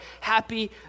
Happy